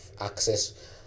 access